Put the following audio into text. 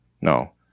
No